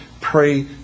pray